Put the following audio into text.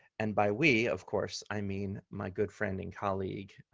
and by we, of course, i mean, my good friend and colleague,